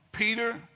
Peter